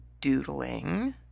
doodling